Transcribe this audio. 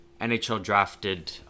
NHL-drafted